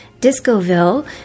Discoville